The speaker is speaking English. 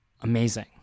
amazing